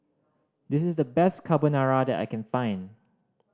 this is the best Carbonara that I can find